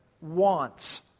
wants